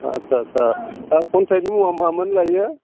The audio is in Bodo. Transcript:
आस्सा खन्थाइनि मुङा मामोन लाइयो